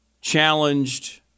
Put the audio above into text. challenged